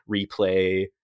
replay